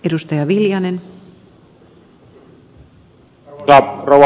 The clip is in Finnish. arvoisa rouva puhemies